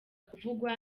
kuvugwa